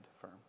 firm